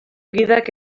gidak